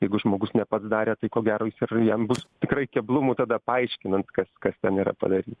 jeigu žmogus ne pats darė tai ko gero jis ir jam bus tikrai keblumų tada paaiškinant kas kas ten yra padaryta